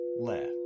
left